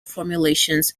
formulations